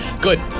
Good